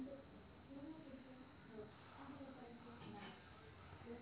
मिया उद्या पे.टी.एम चो आय.पी.ओ खरेदी करूक खुप उत्साहित असय